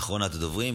אחרונת הדוברים.